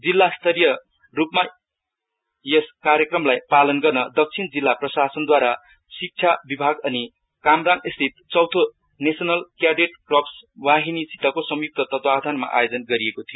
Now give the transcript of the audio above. जिल्लास्तरीय रूपमा यस कार्यक्रमलाई पालन गर्न दक्षिण जिल्ला प्रशासनद्वारा शिक्षा विभाग अनि कामराङस्थित चौथो नेशनल क्याप्रेट कर्पस वाहिनिसितको संय्क्त तत्वावधानमा आयोजन गरिएको थियो